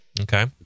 Okay